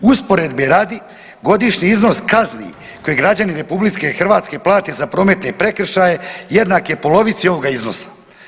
Usporedbe radi godišnji iznos kazni koje građani RH plate za prometne prekršaje jednak je polovici ovoga iznosa.